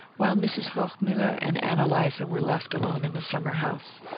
while mrs. hochmuller and ann eliza were left alone in the summer-house.